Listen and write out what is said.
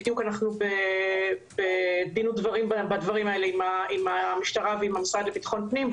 בדיוק בדין ודברים בדברים האלה עם המשטרה ועם המשרד לביטחון הפנים.